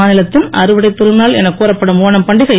மாநிலத்தின் அறுவடைத் திருநாள் எனக் கூறப்படும் ஒணம் பண்டிகை